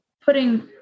putting